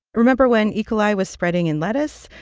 remember when e. coli was spreading in lettuce?